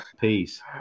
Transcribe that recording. Peace